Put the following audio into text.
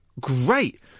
Great